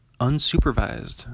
Unsupervised